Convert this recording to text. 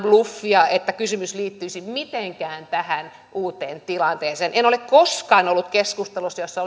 bluffia että kysymys liittyisi mitenkään tähän uuteen tilanteeseen en ole koskaan ollut keskustelussa jossa